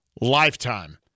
lifetime